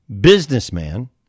businessman